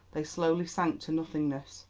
they slowly sank to nothingness.